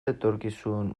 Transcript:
etorkizun